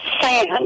Sand